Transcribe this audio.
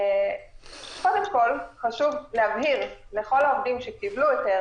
קודם כול, חשוב להבהיר לכל העובדים שקיבלו היתר